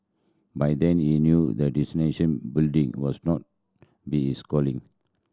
by then he knew that building was not be his calling